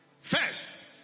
First